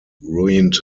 ruined